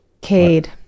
Cade